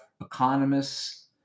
economists